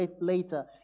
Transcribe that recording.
later